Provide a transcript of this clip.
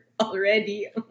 already